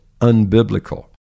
unbiblical